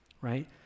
right